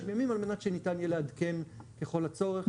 ימים על מנת שניתן יהיה לעדכן ככל הצורך את הפוליסות.